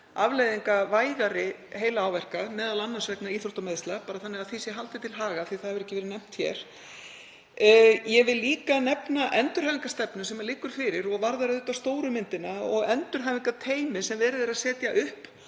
afleiðinga vægari heilaáverka, m.a. vegna íþróttameiðsla, bara þannig að því sé haldið til haga af því að það hefur ekki verið nefnt hér. Ég vil líka nefna endurhæfingarstefnu sem liggur fyrir, og varðar auðvitað stóru myndina, og endurhæfingarteymi sem verið er að setja upp